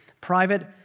private